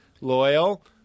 loyal